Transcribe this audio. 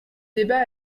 débat